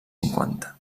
cinquanta